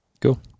Cool